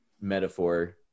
metaphor